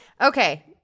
Okay